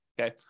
Okay